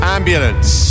Ambulance